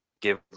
give